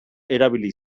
erabili